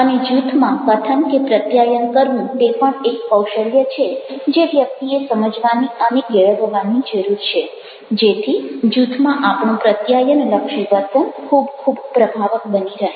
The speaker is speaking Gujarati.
અને જૂથમાં કથન કે પ્રત્યાયન કરવું તે પણ એક કૌશલ્ય છે જે વ્યક્તિએ સમજવાની અને કેળવવાની જરૂર છે જેથી જૂથમાં આપણું પ્રત્યાયનલક્ષી વર્તન ખૂબ ખૂબ પ્રભાવક બની રહે